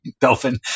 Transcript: dolphin